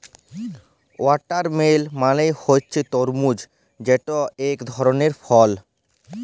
watermelon মালে হছে তরমুজ যেট ইক ধরলের ফল